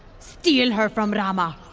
steal her from rama!